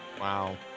Wow